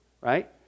Right